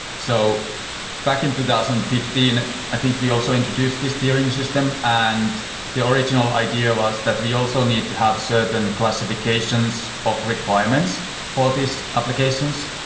so back in two thousand and fifteen, i think we also introduced this tiering system, and the original idea was that we also need to have certain classifications of requirements for this applications.